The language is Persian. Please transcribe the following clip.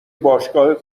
باشگاه